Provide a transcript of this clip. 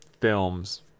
films